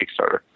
Kickstarter